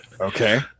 Okay